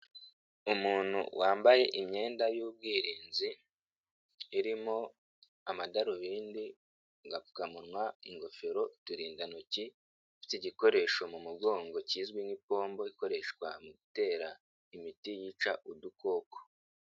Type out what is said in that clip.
Umuntu wambaye imyenda y'ubwirinzi, irimo amadarubindi, agapfukamunwa, ingofero, uturindantoki, ufite igikoresho mu mugongo kizwi nk'impombo ikoreshwa mu gutera imiti yica udukoko.